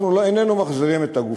אנחנו איננו מחזירים את הגופה.